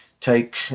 take